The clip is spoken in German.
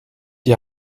die